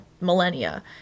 millennia